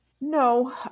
No